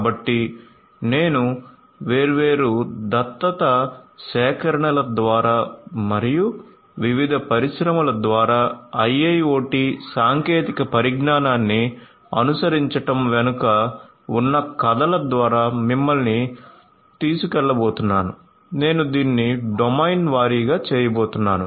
కాబట్టి నేను వేర్వేరు దత్తత సేకరణల ద్వారా మరియు వివిధ పరిశ్రమల ద్వారా IIoT సాంకేతిక పరిజ్ఞానాన్ని అనుసరించడం వెనుక ఉన్న కథల ద్వారా మిమ్మల్ని తీసుకెళ్లబోతున్నాను నేను దీన్ని డొమైన్ వారీగా చేయబోతున్నాను